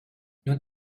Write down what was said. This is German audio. nun